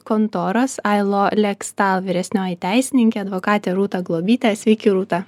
kontoros ailo lekstal vyresnioji teisininkė advokatė rūta globytė sveiki rūta